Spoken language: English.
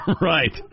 Right